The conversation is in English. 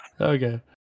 Okay